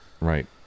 right